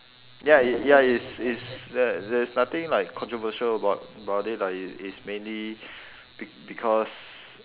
ya it ya i~ it's it's like there's nothing like controversial about about it lah it's it's mainly be~ because